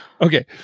Okay